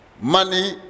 Money